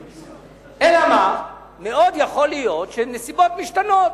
אלא מה, מאוד יכול להיות שנסיבות משתנות.